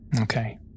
Okay